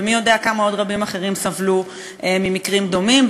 ומי יודע כמה עוד רבים אחרים סבלו ממקרים דומים,